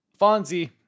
Fonzie